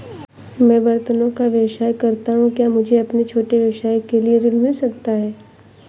मैं बर्तनों का व्यवसाय करता हूँ क्या मुझे अपने छोटे व्यवसाय के लिए ऋण मिल सकता है?